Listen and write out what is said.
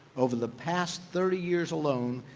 over the past thirty years alone,